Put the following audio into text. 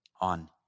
on